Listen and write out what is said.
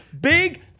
Big